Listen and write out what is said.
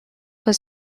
for